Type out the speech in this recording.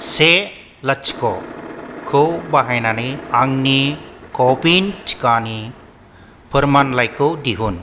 से लाथिख' खौ बाहायनानै आंनि क'विन टिकानि फोरमानलाइखौ दिहुन